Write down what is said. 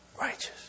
righteous